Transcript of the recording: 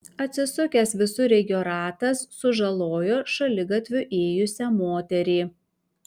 atsisukęs visureigio ratas sužalojo šaligatviu ėjusią moterį